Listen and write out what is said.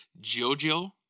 Jojo